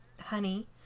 honey